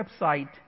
website